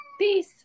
Peace